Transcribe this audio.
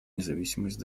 независимость